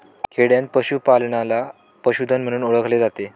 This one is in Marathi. खेडयांत पशूपालनाला पशुधन म्हणून ओळखले जाते